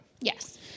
yes